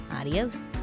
Adios